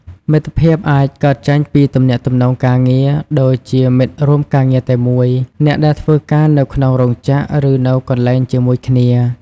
មិត្តភាពអាចកើតចេញពីទំនាក់ទំនងការងារ ដូចជាមិត្តរួមការងារតែមួយ អ្នកដែលធ្វើការនៅក្នុងរោងចក្រ ឬនៅកន្លែងជាមួយគ្នា ។